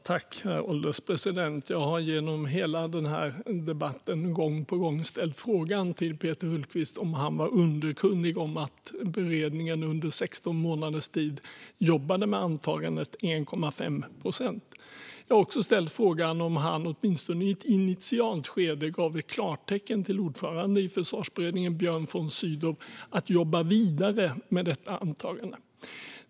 Herr ålderspresident! Jag har genom hela den här debatten gång på gång ställt frågan till Peter Hultqvist om han var underkunnig om att beredningen under 16 månaders tid jobbade med antagandet 1,5 procent. Jag har också ställt frågan om han, åtminstone i ett initialt skede, gav klartecken till ordföranden i Försvarsberedningen, Björn von Sydow, att jobba vidare med detta antagande.